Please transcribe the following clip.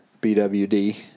BWD